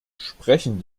sprechen